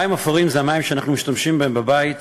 מים אפורים הם המים שאנחנו משתמשים בהם בבית,